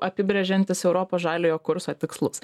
apibrėžiantis europos žaliojo kurso tikslus